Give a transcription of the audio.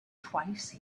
twice